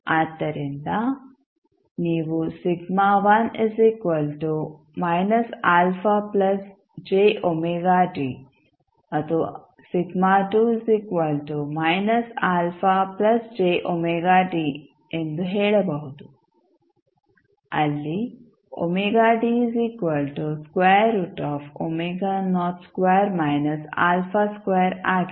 ಆದ್ದರಿಂದ ನೀವು ಮತ್ತು ಎಂದು ಹೇಳಬಹುದು ಅಲ್ಲಿ ಆಗಿದೆ